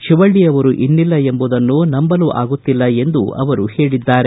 ಶಿವಲ್ಲ ಅವರು ಇನ್ನಿಲ್ಲ ಎಂಬುದನ್ನು ನಂಬಲು ಆಗುತ್ತಿಲ್ಲ ಎಂದು ಅವರು ಹೇಳಿದ್ದಾರೆ